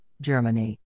Germany